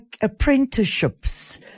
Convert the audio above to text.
apprenticeships